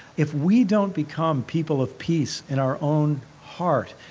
if we don't become people of peace in our own heart,